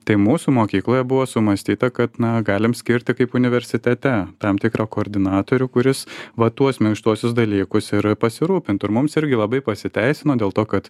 tai mūsų mokykloje buvo sumąstyta kad na galim skirti kaip universitete tam tikrą koordinatorių kuris va tuos minkštuosius dalykus ir pasirūpintų ir mums irgi labai pasiteisino dėl to kad